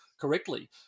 correctly